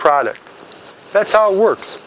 product that's how it works